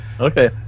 Okay